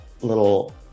little